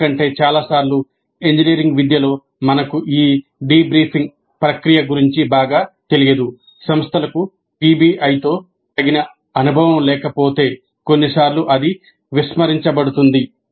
ఎందుకంటే చాలా సార్లు ఇంజనీరింగ్ విద్యలో మనకు ఈ డీబ్రీఫింగ్ ప్రక్రియ గురించి బాగా తెలియదు సంస్థలకు పిబిఐతో తగిన అనుభవం లేకపోతే కొన్నిసార్లు అది విస్మరించబడుతుంది